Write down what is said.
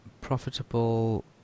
profitable